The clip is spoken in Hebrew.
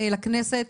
לכנסת,